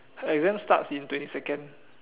her exams starts in twenty second